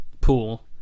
Pool